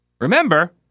Remember